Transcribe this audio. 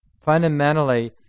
fundamentally